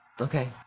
Okay